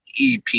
EP